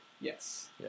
yes